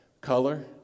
color